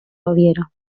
baviera